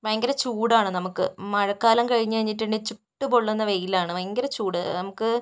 ഭയങ്കര ചൂടാണ് നമുക്ക് മഴക്കാലം കഴിഞ്ഞുകഴിഞ്ഞിട്ടുണ്ടെങ്കിൽ ചുട്ടുപൊള്ളുന്ന വെയിലാണ് ഭയങ്കര ചൂട് നമുക്ക്